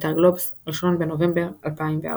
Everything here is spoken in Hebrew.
באתר גלובס, 1 בנובמבר 2014